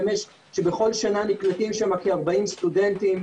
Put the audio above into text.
שבכל שנה נקלטים שם כארבעים סטודנטים.